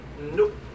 Nope